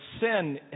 sin